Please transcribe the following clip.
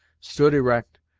stood erect,